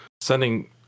sending